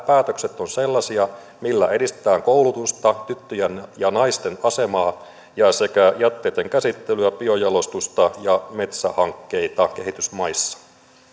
päätökset ovat sellaisia millä edistetään koulutusta tyttöjen ja naisten asemaa sekä jätteitten käsittelyä biojalostusta ja metsähankkeita kehitysmaissa